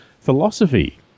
philosophy